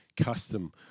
custom